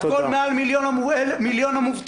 מעל מיליון המובטלים,